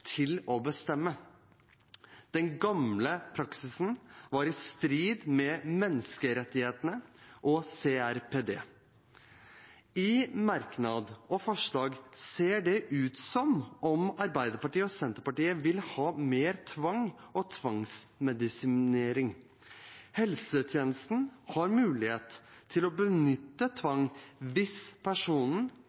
til å bestemme. Den gamle praksisen var i strid med menneskerettighetene og CRPD. I merknad og forslag ser det ut som om Arbeiderpartiet og Senterpartiet vil ha mer tvang og tvangsmedisinering. Helsetjenesten har mulighet til å benytte tvang hvis personen